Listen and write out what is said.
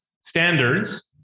standards